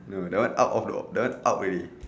no that out of your that one out already